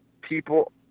people